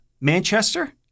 Manchester